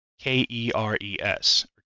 K-E-R-E-S